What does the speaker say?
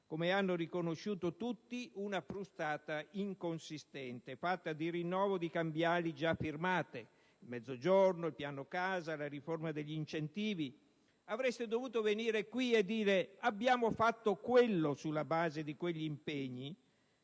Come hanno riconosciuto tutti, una frustata inconsistente, fatta di rinnovo di cambiali già firmate (il Mezzogiorno, il piano casa, la riforma degli incentivi all'economia): avreste dovuto venire qui a dire quello che avete fatto sulla base degli impegni,